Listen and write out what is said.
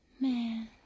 Man